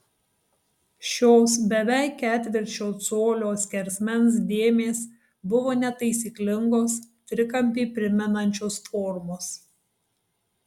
šios beveik ketvirčio colio skersmens dėmės buvo netaisyklingos trikampį primenančios formos